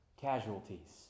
casualties